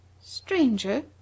Stranger